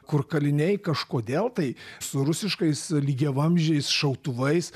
kur kaliniai kažkodėl tai su rusiškais lygiavamzdžiais šautuvais